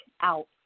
out